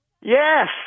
Yes